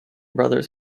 brothers